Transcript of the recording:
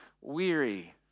weary